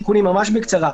אני רוצה להצטרף להסתייגות,